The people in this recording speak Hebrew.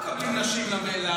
מאיפה ראש הממשלה?